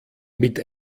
mit